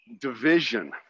division